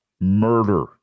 murder